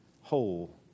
whole